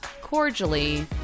cordially